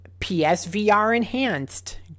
PSVR-enhanced